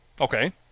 Okay